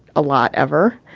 a lot ever.